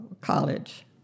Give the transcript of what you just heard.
college